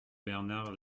bernard